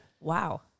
wow